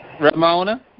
Ramona